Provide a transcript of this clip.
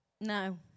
No